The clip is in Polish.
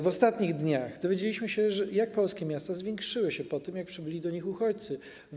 W ostatnich dniach dowiedzieliśmy się, jak populacja polskich miast zwiększyła się po tym, jak przybyli do nich uchodźcy.